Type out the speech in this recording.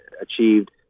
achieved